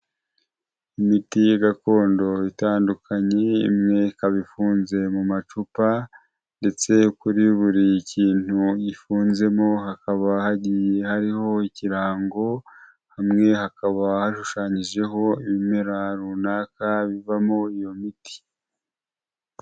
Imiti gakondo itandukanye imwe ikaba ifunze mu macupa ndetse kuri buri kintu ifunzemo hakaba hagiye hariho ikirango, hamwe hakaba hashushanyijeho ibimera runaka bivamo iyo miti.